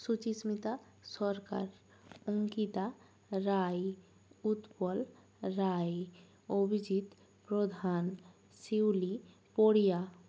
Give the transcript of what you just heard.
সুচিস্মিতা সরকার অঙ্কিতা রায় উৎপল রায় অভিজিৎ প্রধান শিউলি পড়িয়া